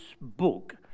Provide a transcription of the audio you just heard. book